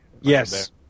Yes